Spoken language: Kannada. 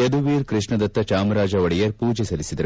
ಯದುವೀರ್ ಕೃಷ್ಣದತ್ತ ಚಾಮರಾಜ ಒಡೆಯರ್ ಪೂಜೆ ಸಲ್ಲಿಸಿದರು